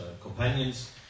companions